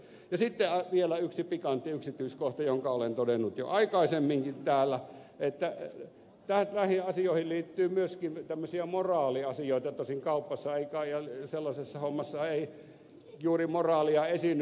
sitten vielä se yksi pikantti yksityiskohta jonka olen todennut jo aikaisemminkin täällä että näihin asioihin liittyy myöskin tämmöisiä moraaliasioita tosin kaupassa ja sellaisessa hommassa ei kai juuri moraalia esiinny